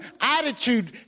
attitude